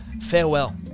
Farewell